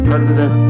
President